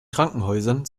krankenhäusern